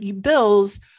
bills